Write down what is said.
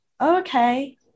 Okay